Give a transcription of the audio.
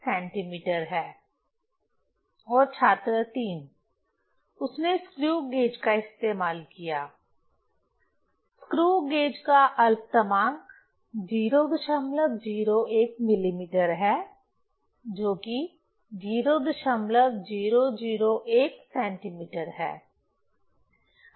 और छात्र 3 उसने स्क्रू गेज का इस्तेमाल किया स्क्रू गेज का अल्पतमांक 001 मिलीमीटर है जो कि 0001 सेंटीमीटर है